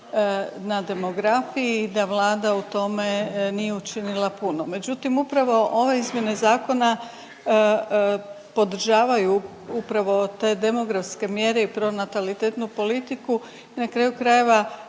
na demografiji da Vlada u tome nije učinila puno. Međutim upravo ove izmjene zakona podržavaju upravo te demografske mjere i pronatalitetnu politiku. Na kraju krajeva